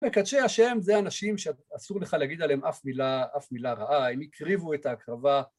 מקדשי השם זה אנשים שאסור לך להגיד עליהם אף מילה רעה הם הקריבו את ההקרבה